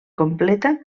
completa